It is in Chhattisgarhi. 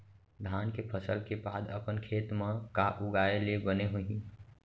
धान के फसल के बाद अपन खेत मा का उगाए ले बने होही?